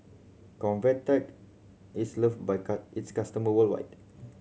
Convatec is loved by its customer worldwide